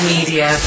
Media